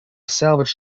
salvage